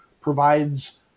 provides